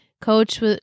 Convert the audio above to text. Coach